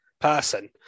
person